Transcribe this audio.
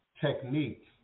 techniques